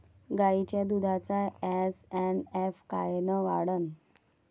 गायीच्या दुधाचा एस.एन.एफ कायनं वाढन?